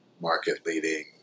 market-leading